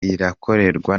irakorwa